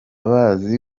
bazi